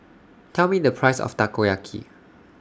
Tell Me The Price of Takoyaki